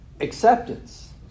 acceptance